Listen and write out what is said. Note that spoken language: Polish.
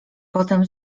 potem